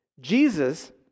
Jesus